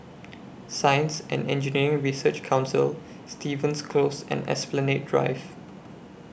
Science and Engineering Research Council Stevens Close and Esplanade Drive